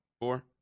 Four